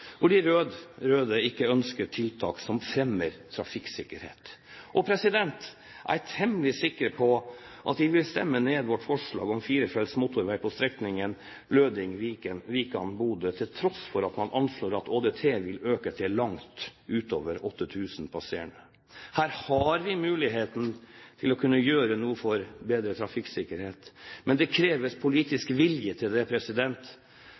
hvor de rød-røde ikke ønsker tiltak som fremmer trafikksikkerhet. Og jeg er temmelig sikker på at de vil stemme ned vårt forslag om firefelts motorvei på strekningen Løding–Vikan i Bodø, til tross for at man anslår at ÅDT vil øke til langt utover 8 000 passerende. Her har vi muligheten til å gjøre noe for å bedre trafikksikkerheten, men det kreves politisk vilje til det.